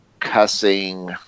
Cussing